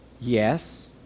Yes